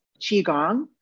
Qigong